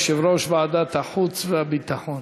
יושב-ראש ועדת החוץ והביטחון.